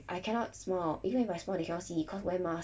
I cannot smile even if I smile they cannot see cause wear mask